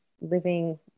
living